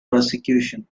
prosecution